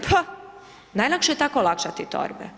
Pa najlakše je tako olakšati torbe.